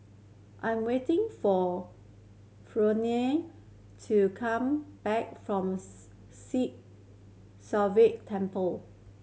I'm waiting for Fronnie to come back from Sri Sivan Temple